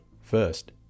First